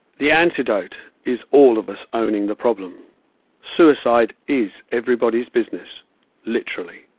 the antidote is all of us owning the problem suicide is everybody's business literally.